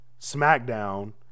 SmackDown